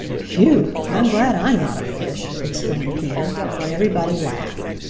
phew, i'm glad i'm not a fish! exclaimed peter and everybody laughed.